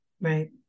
Right